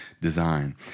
design